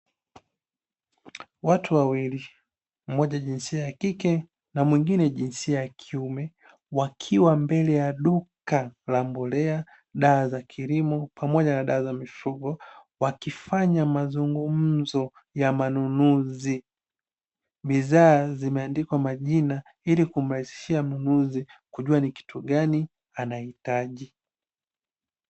Watu wawili (mmoja jinsia ya kike na mwingine jinsia ya kiume) wakiwa mbele ya duka la mbolea na dawa za kilimo pamoja na dawa za mifugo, wakifanya mazungumzo ya manunuzi. Bidhaa zimeandikwa majina ili kumrahisishia mnunuzi kujua ni kitu gani anahitaji.